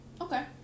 okay